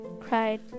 cried